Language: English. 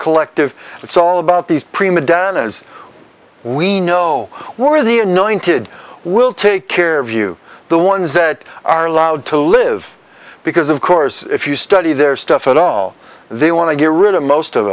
collective it's all about these prima donnas we know we're the anointed we'll take care of you the ones that are allowed to live because of course if you study their stuff at all they want to get rid of most of